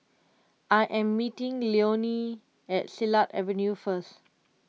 I am meeting Leonie at Silat Avenue first